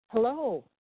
Hello